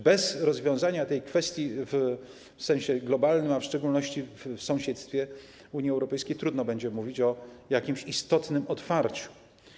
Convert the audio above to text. Bez rozwiązania tej kwestii w sensie globalnym, a w szczególności w sąsiedztwie Unii Europejskiej, trudno będzie mówić o jakimś istotnym otwarciu.